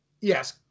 yes